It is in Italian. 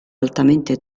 altamente